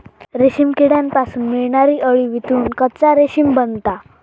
रेशीम किड्यांपासून मिळणारी अळी वितळून कच्चा रेशीम बनता